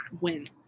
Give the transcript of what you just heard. win